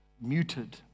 muted